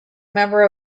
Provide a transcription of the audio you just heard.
member